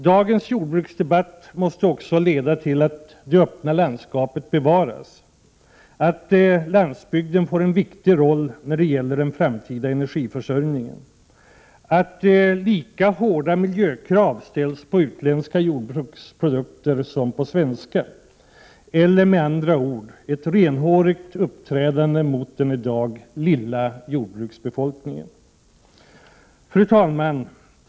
Dagens jordbruksdebatt måste leda till att det öppna landskapet bevaras, att landsbygden får en viktig roll när det gäller den framtida energiförsörjningen och att lika hårda miljökrav ställs på utländska jordbruksprodukter som på svenska. Med andra ord: ett renhårigt uppträdande mot den i dag lilla jordbruksbefolkningen.